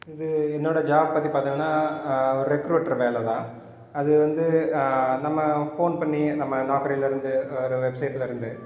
இது என்னோடய ஜாப் பற்றி பார்த்தீங்கன்னா ரெக்ரூட்டர் வேலை தான் அது வந்து நம்ம ஃபோன் பண்ணி நம்ம நாக்குரிலேருந்து ஒரு வெப்சைட்லேருந்து